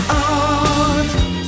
on